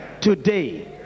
today